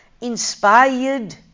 inspired